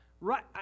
Right